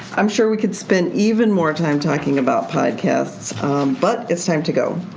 i'm sure we could spend even more time talking about podcasts but it's time to go.